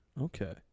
Okay